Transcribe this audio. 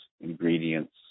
ingredients